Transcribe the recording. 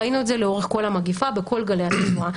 ראינו את זה לאורך כל המגפה בכל גלי התחלואה.